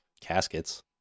caskets